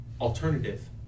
alternative